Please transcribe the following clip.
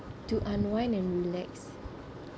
to unwind and relax